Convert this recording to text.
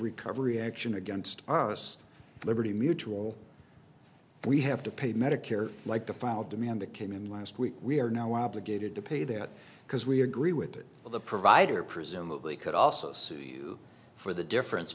recovery action against us liberty mutual we have to pay medicare like the final demand that came in last week we are now obligated to pay that because we agree with it but the provider presumably could also sue you for the difference